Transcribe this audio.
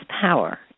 power